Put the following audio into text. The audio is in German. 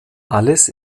alles